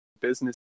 businesses